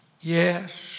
yes